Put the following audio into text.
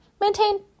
Maintain-